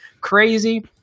crazy